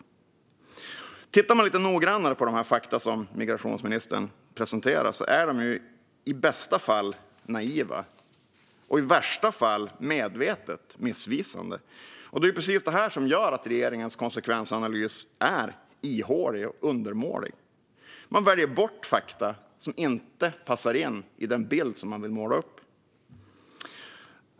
Om man tittar lite noggrannare på de fakta som migrationsministern presenterar ser man att de alltså i bästa fall är naiva och i värsta fall medvetet missvisande. Det är precis detta som gör att regeringens konsekvensanalys är ihålig och undermålig. Man väljer bort fakta som inte passar in i den bild man vill måla upp.